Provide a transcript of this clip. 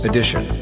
Edition